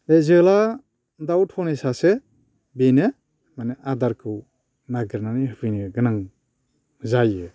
बे जोला दाउ धनेसासो बेनो माने आदारखौ नागिरनानै होफैनो गोनां जायो